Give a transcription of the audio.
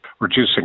reducing